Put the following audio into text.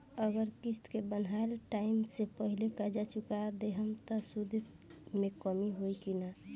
अगर किश्त के बनहाएल टाइम से पहिले कर्जा चुका दहम त सूद मे कमी होई की ना?